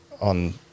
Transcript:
on